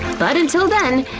but until then,